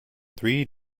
three